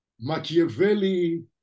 Machiavelli